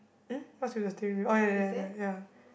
hmm what's with the steering wheel oh ya ya ya ya ya